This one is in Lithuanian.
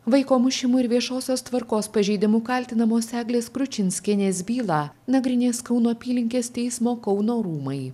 vaiko mušimu ir viešosios tvarkos pažeidimu kaltinamos eglės kručinskienės bylą nagrinės kauno apylinkės teismo kauno rūmai